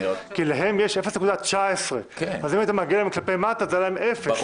להם יש 0.19 אם אתה מעגל להם כלפי מטה זה אפס.